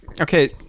Okay